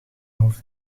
hoofd